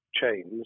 chains